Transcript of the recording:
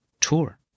tour